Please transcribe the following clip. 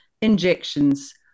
injections